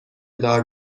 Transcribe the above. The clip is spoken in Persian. دار